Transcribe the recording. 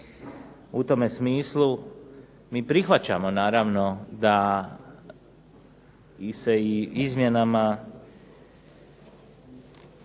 U tome smislu mi prihvaćamo naravno da se i izmjenama